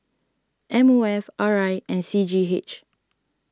M O F R I and C G H